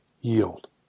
yield